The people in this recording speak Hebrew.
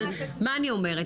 מה אני אומרת?